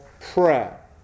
prayer